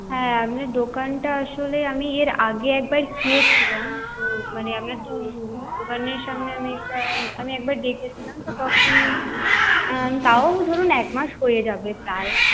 হ্যাঁ আপনার দোকানটা আসলে আমি এর আগে একবার গিয়েছিলাম তো মানে আপনার দোকানের সামনে আমি একটা আমি একবার দেখেছিলাম তো তখন তাও ধরুন এক মাস হয়ে যাবে প্রায়